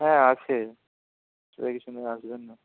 হ্যাঁ আছে আসবেন না